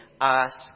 ask